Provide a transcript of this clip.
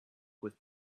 with